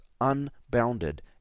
unbounded